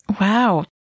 wow